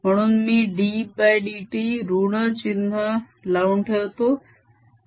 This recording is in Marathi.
म्हणून मी ddt ऋण चिन्ह लावून ठेवतो